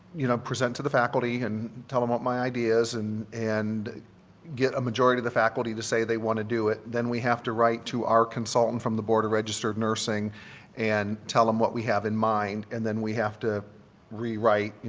you know, present to the faculty and tell them what my idea is and and get a majority of the faculty to say they want to do it then we have to write to our consultant from the board of registered nursing and tell them what we have in mind and then we have to rewrite, you